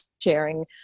sharing